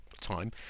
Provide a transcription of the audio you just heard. time